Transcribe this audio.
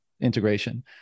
integration